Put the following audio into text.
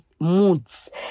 moods